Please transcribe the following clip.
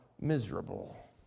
miserable